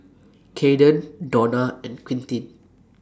Cayden Dona and Quintin